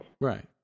Right